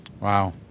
Wow